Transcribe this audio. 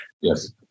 Yes